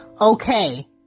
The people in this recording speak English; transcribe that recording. Okay